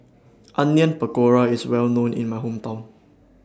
Onion Pakora IS Well known in My Hometown